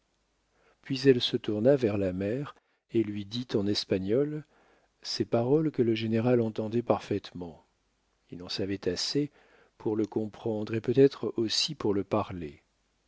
puis elle se tourna vers la mère et lui dit en espagnol ces paroles que le général entendait parfaitement il en savait assez pour le comprendre et peut-être aussi pour le parler